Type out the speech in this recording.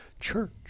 church